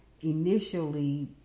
initially